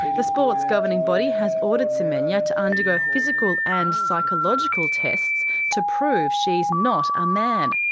the sport's governing body has ordered semenya to undergo physical and psychological tests to prove she is not a man.